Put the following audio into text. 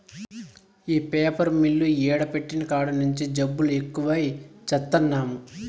ఈ paper mill ఈడ పెట్టిన కాడి నుంచే జబ్బులు ఎక్కువై చత్తన్నాము